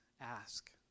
ask